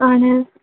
ആണ്